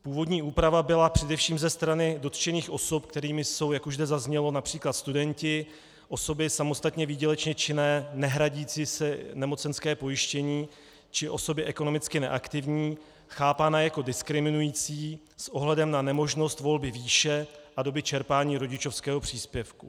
Původní úprava byla především ze strany dotčených osob, kterými jsou, jak už zde zaznělo, například studenti, osoby samostatně výdělečné činné nehradící si nemocenské pojištění či osoby ekonomicky neaktivní, chápána jako diskriminující s ohledem na nemožnost volby výše a doby čerpání rodičovského příspěvku.